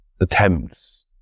attempts